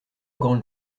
grandes